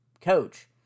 coach